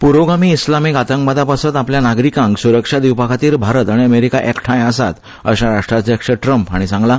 पूरोगामी इस्लामिक आतंकवादापासत आपल्या नागरीकांक सुरक्षा दिवपा खातीर भारत आनी अमेरीका एकठाय आसात अशें राष्ट्राध्यक्ष ट्रम्प हाणे सांगला